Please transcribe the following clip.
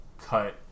cut